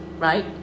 right